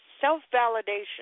self-validation